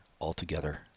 altogether